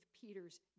Peter's